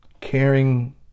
Caring